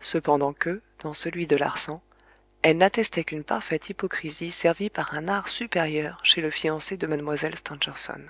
cependant que dans celui de larsan elle n'attestait qu'une parfaite hypocrisie servie par un art supérieur chez le fiancé de mlle stangerson